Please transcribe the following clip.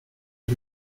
per